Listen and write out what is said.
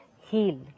heal